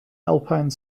alpine